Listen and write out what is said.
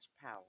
Power